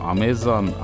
Amazon